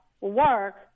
work